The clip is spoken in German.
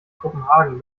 kopenhagen